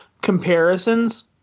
comparisons